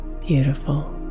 beautiful